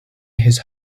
his